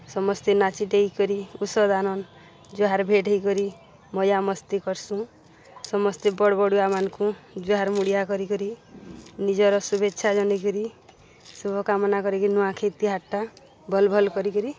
ସମସ୍ତେ ନାଚି ଡେଗିକରି ଉଷଦ ଆନନ୍ଦ ଜୁହାର୍ ଭେଟ୍ ହେଇକରି ମଜା ମସ୍ତି କର୍ସୁଁ ସମସ୍ତେ ବଡ଼୍ ବଡ଼ୁଆମାନ୍ଙ୍କୁ ଜୁହାର୍ ମୁଡ଼ିଆ କରିକରି ନିଜର୍ ଶୁଭେଚ୍ଛା ଜଣେଇକରି ଶୁଭକାମନା କରିକି ନୂଆଖାଇ ତିହାର୍ଟା ଭଲ୍ ଭଲ୍ କରିକିରି